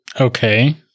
Okay